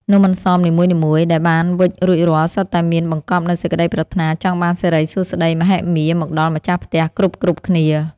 នំអន្សមនីមួយៗដែលបានវេចរួចរាល់សុទ្ធតែមានបង្កប់នូវសេចក្ដីប្រាថ្នាចង់បានសិរីសួស្ដីមហិមាមកដល់ម្ចាស់ផ្ទះគ្រប់ៗគ្នា។